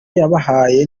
yabahaye